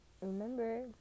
Remember